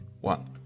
one